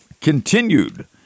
continued